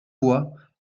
bois